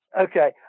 Okay